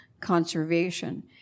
conservation